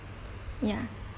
ya